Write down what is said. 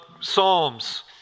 Psalms